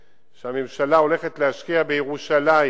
שהממשלה הולכת להשקיע בחמש השנים הקרובות בירושלים